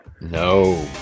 No